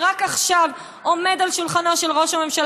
רק עכשיו עומדת על שולחנו של ראש הממשלה